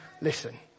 listen